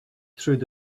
through